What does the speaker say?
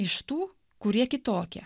iš tų kurie kitokie